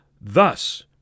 Thus